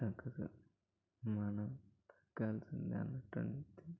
తగ్గదు మనం తగ్గాల్సిందే అన్నట్టు ఉంటుంది